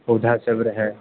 पौधा सब रहए